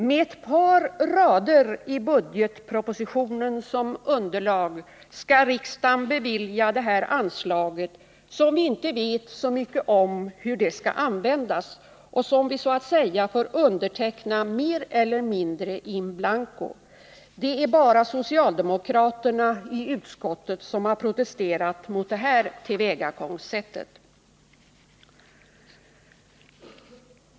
Med ett par rader i budgetpropositionen som underlag skall riksdagen bevilja detta anslag, som vi inte vet mycket om hur det skall användas och som vi så att säga får underteckna mer eller mindre in blanco. Det är bara socialdemokraterna i utskottet som har protesterat mot detta tillvägagångsätt.